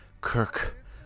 Kirk